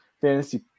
fantasy